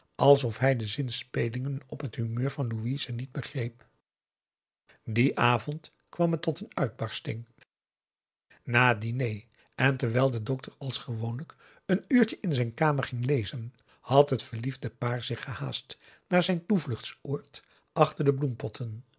alsof hij de zinspelingen op het humeur van louise niet begreep dien avond kwam het tot een uitbarsting na het diner en terwijl de dokter als gewoonlijk een uurtje p a daum de van der lindens c s onder ps maurits in zijn kamer ging lezen had t verliefde paar zich gehaast naar zijn toevluchtsoord achter de bloempotten